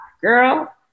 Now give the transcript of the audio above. Girl